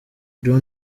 john